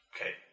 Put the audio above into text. Okay